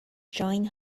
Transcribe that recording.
join